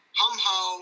hum-ho